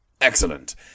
Excellent